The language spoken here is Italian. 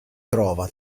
trova